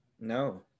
No